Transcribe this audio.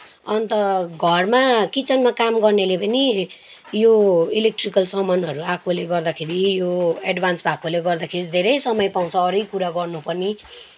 अन्त घरमा किचनमा काम गर्नेले पनि यो इलेक्ट्रिकल सामानहरू आएकोले गर्दाखेरि यो एडभान्स भएकोले गर्दाखेरि धेरै समय पाउँछ हरेक कुरा गर्नु पनि